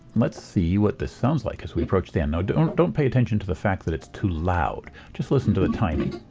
let's see what this sounds like as we approach the end. now, don't don't pay attention to the fact that it's too loud. just listen to the timing.